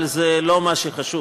אבל זה לא מה שחשוב.